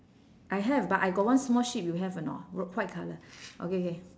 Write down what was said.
I have but I got one small sheep you have or not w~ white colour okay K